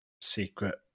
secret